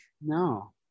No